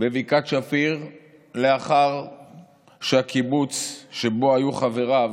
בבקעת שפיר לאחר שהקיבוץ שבו היו חבריו